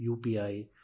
UPI